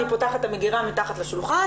אני פותחת את המגירה מתחת לשולחן,